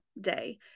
day